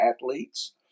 athletes